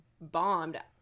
bombed